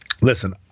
Listen